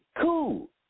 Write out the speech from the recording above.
Cool